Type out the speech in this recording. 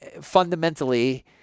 fundamentally